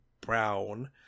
brown